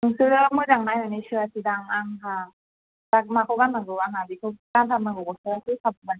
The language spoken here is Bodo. नोंसोरो मोजां नायनानै सोआसै दां आंहा दा माखौ गाननांगौ आंहा बेखौ गानथारनांगौ गस्लाया